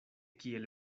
kiel